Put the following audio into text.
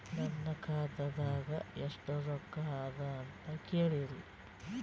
ನನ್ನ ಖಾತಾದಾಗ ಎಷ್ಟ ರೊಕ್ಕ ಅದ ಅಂತ ಹೇಳರಿ?